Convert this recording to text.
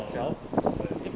orh okay